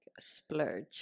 splurge